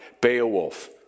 Beowulf